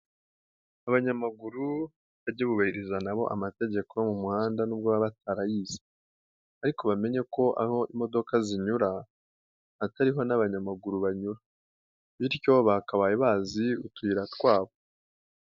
Abanyamaguru bajye bubahiriza na bo amategeko yo mu muhanda nubwo baba batarayize, ariko bamenye ko aho imodoka zinyura atariho n'abanyamaguru banyura, bityo bakabaye bazi utuyira twabo.